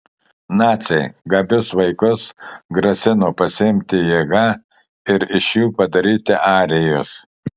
naciai gabius vaikus grasino pasiimti jėga ir iš jų padaryti arijus